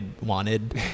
wanted